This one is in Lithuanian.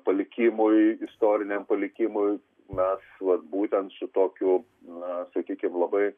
palikimui istoriniam palikimui mes vat būtent su tokiu na sakykim labai